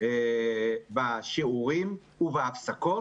בשיעורים ובהפסקות.